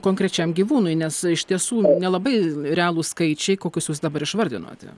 konkrečiam gyvūnui nes iš tiesų nelabai realūs skaičiai kokius jūs dabar išvardinote